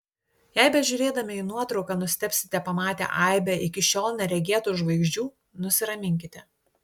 jei bežiūrėdami į nuotrauką nustebote pamatę aibę iki šiol neregėtų žvaigždžių nusiraminkite